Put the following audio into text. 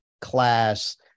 class